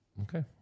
Okay